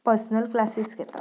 personal classes घेतात